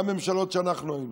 גם בממשלות שאנחנו היינו.